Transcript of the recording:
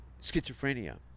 schizophrenia